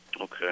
Okay